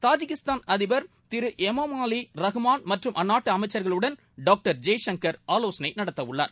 Tajikistan அதிபர் திரு Emomali Rahmon மற்றும் அந்நாட்டு அமைச்சர்களுடனும் டாக்டர் ஜெய்சங்கர் ஆலோசனை நடத்தவுள்ளார்